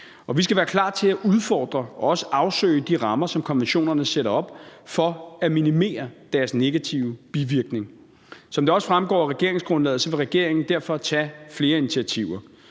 Vi skal være klar til at udfordre og også afsøge de rammer, som konventionerne sætter op, for at minimere deres negative bivirkning. Som det også fremgår af regeringsgrundlaget, vil regeringen derfor tage flere initiativer.